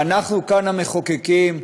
ואנחנו כאן, המחוקקים,